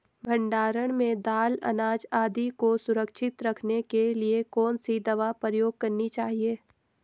भण्डारण में दाल अनाज आदि को सुरक्षित रखने के लिए कौन सी दवा प्रयोग करनी चाहिए?